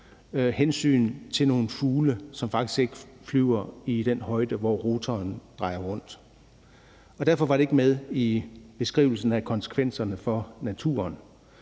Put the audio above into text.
hensyn til nogle fugle, som faktisk ikke flyver i den højde, hvor rotoren drejer rundt, og derfor var det ikke med i beskrivelsen af konsekvenserne for naturen.